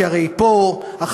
כי הרי פה החברים,